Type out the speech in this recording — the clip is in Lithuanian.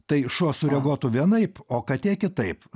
tai šuo sureaguotų vienaip o katė kitaip